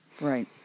Right